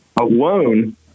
alone